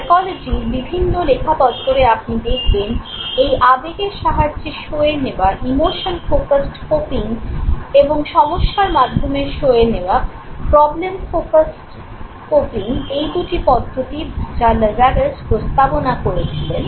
সাইকোলজির বিভিন্ন লেখাপত্তরে আপনি দেখবেন এই আবেগের সাহায্যে সয়ে নেওয়া এই দুটি পদ্ধতি যা লাজারাস প্রস্তাবনা করেছিলেন